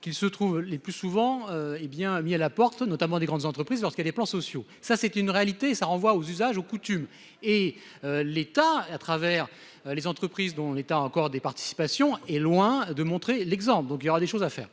qu'ils se trouvent les plus souvent hé bien mis à la porte, notamment des grandes entreprises, lorsqu'il y a des plans sociaux. Ça c'est une réalité ça renvoie aux usages aux coutumes et l'État à travers les entreprises dont l'État encore des participations est loin de montrer l'exemple. Donc il y aura des choses à faire